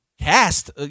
cast